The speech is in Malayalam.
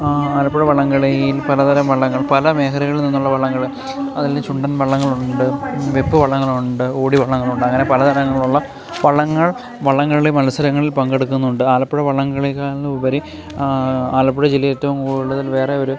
ആലപ്പുഴ വള്ളംകളിയിൽ പലതരം വള്ളങ്ങൾ പല മേഘലകളിൽ നിന്നുള്ള വള്ളങ്ങൾ അതിൽ ചുണ്ടൻവള്ളങ്ങളുണ്ട് വെപ്പ്വള്ളങ്ങളുണ്ട് ഓടിവള്ളങ്ങളുണ്ട് അങ്ങനെ പലതരങ്ങളിലുള്ള വള്ളങ്ങൾ വള്ളംകളി മത്സരങ്ങളിൽ പങ്കെടുക്കുന്നുണ്ട് ആലപ്പുഴ വള്ളംകളിയെക്കാളും ഉപരി ആലപ്പുഴ ജില്ലയിൽ ഏറ്റവും കൂടുതൽ വേറെ ഒരു